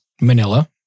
Manila